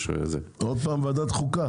עוד פעם לוועדת חוקה?